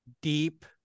deep